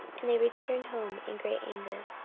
and they returned home in great anger.